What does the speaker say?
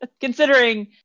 considering